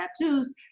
tattoos